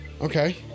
Okay